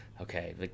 okay